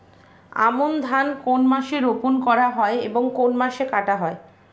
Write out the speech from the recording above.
আমন ধান কোন মাসে রোপণ করা হয় এবং কোন মাসে কাটা হয়?